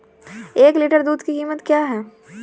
एक लीटर दूध की कीमत क्या है?